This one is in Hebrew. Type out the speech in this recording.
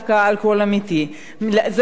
זה מגיע בדרך כלל ל"פיצוציות",